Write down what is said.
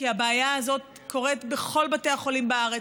כי הבעיה הזאת קורית בכל בתי החולים בארץ,